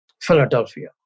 Philadelphia